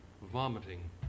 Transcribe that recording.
vomiting